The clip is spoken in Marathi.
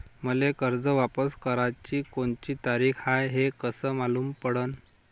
मले कर्ज वापस कराची कोनची तारीख हाय हे कस मालूम पडनं?